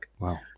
wow